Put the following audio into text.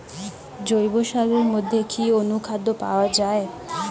জৈব সারের মধ্যে কি অনুখাদ্য পাওয়া যায়?